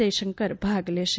જયશંકર ભાગ લેશે